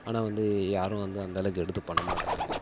ஆனால் வந்து யாரும் வந்து அந்தளவுக்கு எடுத்து பண்ண மாட்டுறாங்க